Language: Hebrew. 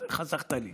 אז חסכת לי.